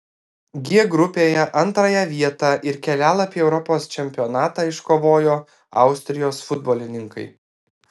g grupėje antrąją vietą ir kelialapį europos čempionatą iškovojo austrijos futbolininkai